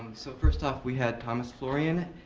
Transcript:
so, first off, we had thomas florian,